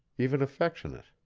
even affectionate.